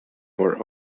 were